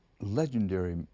legendary